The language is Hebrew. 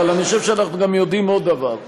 אבל אני חושב שאנחנו גם יודעים עוד דבר,